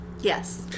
Yes